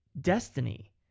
destiny